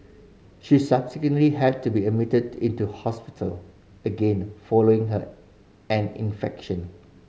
she subsequently had to be admitted into hospital again following her an infection